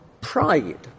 pride